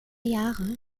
jahre